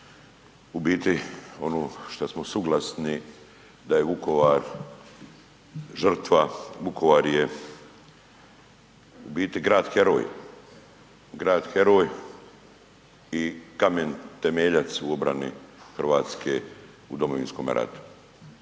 u biti ono šta smo suglasni da je Vukovar žrtva, Vukovar je u biti grad heroj, grad heroj i kamen temeljac u obrani RH u Domovinskome ratu.